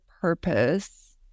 purpose